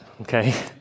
okay